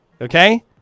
Okay